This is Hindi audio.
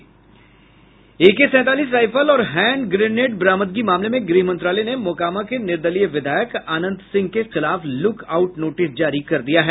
एके सैंतालीस राईफल और हैंड ग्रेनेड बरामदगी मामले में गृह मंत्रालय ने मोकामा के निर्दलीय विधायक अनंत सिंह के खिलाफ लुकआउट नोटिस जारी कर दिया है